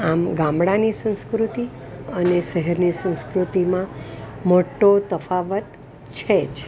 આમ ગામડાની સંસ્કૃતિ અને શહેરની સંસ્કૃતિમાં મોટો તફાવત છે જ